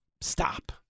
Stop